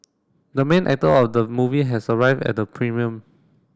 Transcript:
the main actor of the movie has arrived at the premium